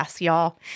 y'all